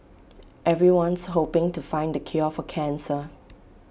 everyone's hoping to find the cure for cancer